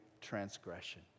transgression